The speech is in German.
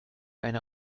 einer